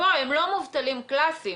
הם לא מובטלים קלאסיים.